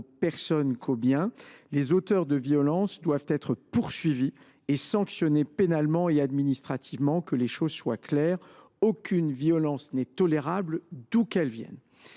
aux personnes qu’aux biens. Les auteurs de violences doivent être poursuivis et sanctionnés pénalement et administrativement. Que les choses soient claires, aucune violence n’est tolérable, d’où qu’elle vienne.